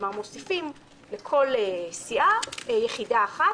כלומר מוסיפים לכל סיעה יחידה אחת.